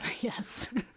yes